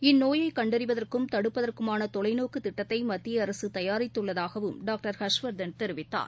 இந்நோயைக் கண்டறிவதற்கும் தடுப்பதற்குமான தொலைநோக்குத் திட்டத்தை மத்திய அரசு தயாரித்துள்ளதாகவும் டாக்டர் ஹர்ஷ் வர்தன் தெரிவித்தார்